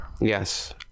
Yes